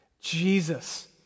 Jesus